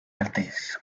artes